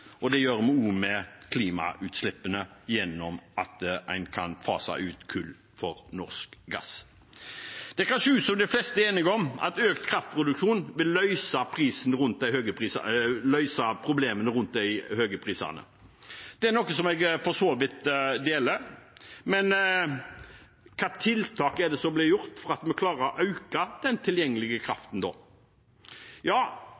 og det gjør vi med klimautslippene ved at en kan fase ut kull med norsk gass. Det kan se ut til at de fleste er enige om at økt kraftproduksjon vil løse problemene med de høye prisene. Det er en tanke som jeg for så vidt deler. Men hvilke tiltak er det som blir innført for å klare å øke den tilgjengelige kraften? Ja,